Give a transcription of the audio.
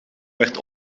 werd